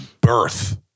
birth